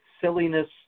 silliness